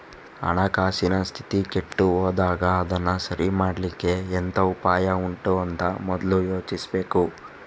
ಹಣಕಾಸಿನ ಸ್ಥಿತಿ ಕೆಟ್ಟು ಹೋದಾಗ ಅದನ್ನ ಸರಿ ಮಾಡ್ಲಿಕ್ಕೆ ಎಂತ ಉಪಾಯ ಉಂಟು ಅಂತ ಮೊದ್ಲು ಯೋಚಿಸ್ಬೇಕು